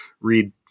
read